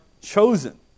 chosen